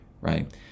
right